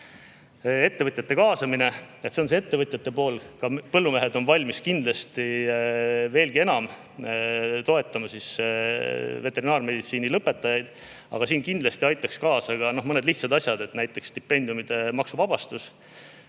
Ettevõtjate kaasamine. See on ettevõtjate pool, ka põllumehed on valmis kindlasti veelgi enam toetama veterinaarmeditsiini lõpetajaid. Aga siin aitaksid kaasa mõned lihtsad asjad, näiteks stipendiumide maksuvabastus.